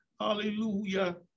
hallelujah